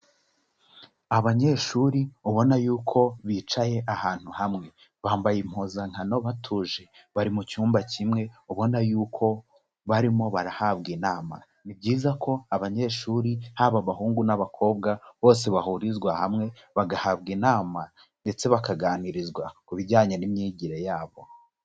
Abanyeshuri ubona yuko bicaye ahantu hamwe, bambaye impuzankano batuje, bari mu cyumba kimwe ubona yuko barimo barahabwa inama. Ni byiza ko abanyeshuri haba abahungu n'abakobwa bose bahurizwa hamwe bagahabwa inama ndetse bakaganirizwa ku bijyanye n'imyigire yabo.